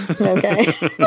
okay